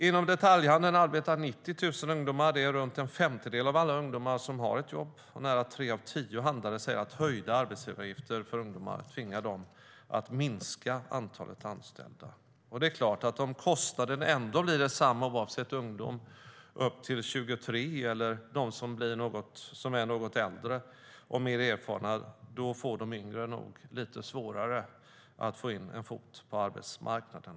Inom detaljhandeln arbetar 90 000 ungdomar, cirka en femtedel av alla ungdomar som har ett jobb. Nära tre av tio handlare säger att höjda arbetsgivaravgifter för ungdomar kommer att tvinga dem att minska antalet anställda. Det är klart att de yngre nog får det lite svårare att få in en fot på arbetsmarknaden om kostnaden ändå blir densamma, oavsett om det gäller för en ungdom upp till 23 eller någon som är något äldre och mer erfaren.